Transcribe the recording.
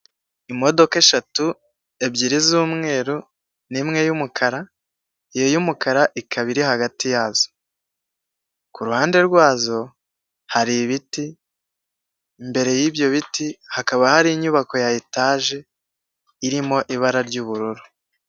Imodoka eshatu, ebyiri z'umweru n'imwe y'umukara, iyo y'umukara ikaba iri hagati yazo, ku ruhande rwazo hari ibiti, imbere y'ibyo biti hakaba hari inyubako ya etaje irimo ibara ry'ubururu.